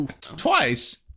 Twice